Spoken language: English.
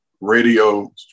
radio